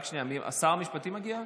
שר המשפטים מגיע?